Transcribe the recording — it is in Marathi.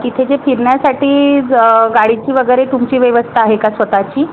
तिथे जे फिरण्यासाठी गाडीची वगैरे तुमची व्यवस्था आहे का स्वतःची